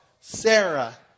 Sarah